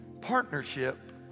Partnership